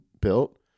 built